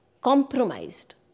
compromised